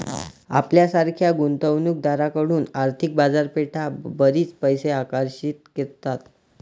आपल्यासारख्या गुंतवणूक दारांकडून आर्थिक बाजारपेठा बरीच पैसे आकर्षित करतात